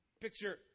picture